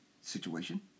situation